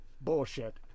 bullshit